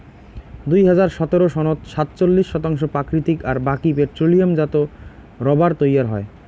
দুই হাজার সতের সনত সাতচল্লিশ শতাংশ প্রাকৃতিক আর বাকি পেট্রোলিয়ামজাত রবার তৈয়ার হয়